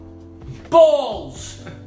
Balls